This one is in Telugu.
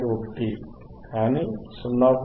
1 కానీ 0